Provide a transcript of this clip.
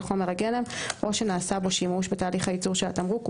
חומר הגלם או שנעשה בו שימוש בתהליך הייצור של התמרוק,